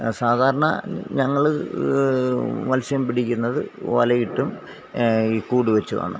സാധാരണ ഞങ്ങള് മൽസ്യം പിടിക്കുന്നത് വലയിട്ടും കൂടുവെച്ചും ആണ്